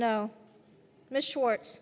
no miss short